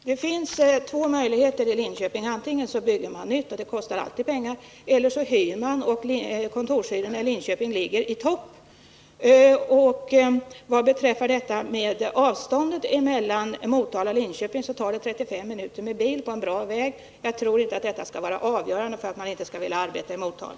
Herr talman! Det finns två möjligheter i Linköping: antingen bygger man ut, och det kostar alltid pengar, eller så hyr man. Kontorshyrorna i Linköping ligger i topp. Vad beträffar avståndet mellan Motala och Linköping, så tar det 35 minuter att köra sträckan med bil på en bra väg. Jag tror inte att det skall vara avgörande för att man inte skall vilja arbeta i Motala.